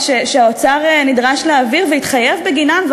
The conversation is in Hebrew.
ממליצה שצריך לגלות גמישות,